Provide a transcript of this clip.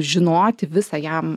žinoti visą jam